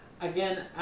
again